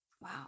wow